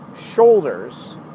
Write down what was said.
shoulders